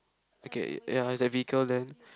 okay ya there is a vehicle there